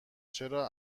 چرا